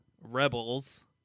rebels